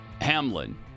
Hamlin